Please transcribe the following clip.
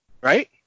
right